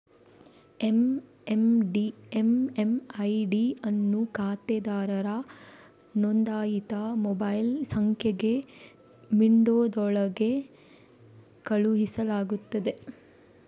MMID ಅನ್ನು ಖಾತೆದಾರರ ನೋಂದಾಯಿತ ಮೊಬೈಲ್ ಸಂಖ್ಯೆಗೆ ವಿಂಡೋದೊಳಗೆ ಕಳುಹಿಸಲಾಗುತ್ತದೆ